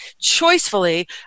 choicefully